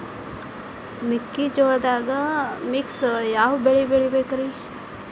ಮೆಕ್ಕಿಜೋಳದಾಗಾ ಮಿಕ್ಸ್ ಯಾವ ಬೆಳಿ ಹಾಕಬೇಕ್ರಿ?